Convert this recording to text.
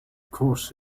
course